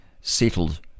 settled